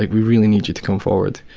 like we really need you to come forward.